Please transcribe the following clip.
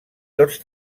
tots